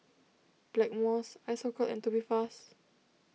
Blackmores Isocal and Tubifast